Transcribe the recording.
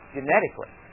Genetically